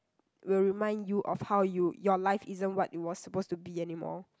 will remind you of how you your life isn't what it was supposed to be anymore